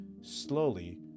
slowly